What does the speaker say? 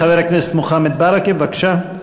חבר הכנסת מוחמד ברכה, בבקשה.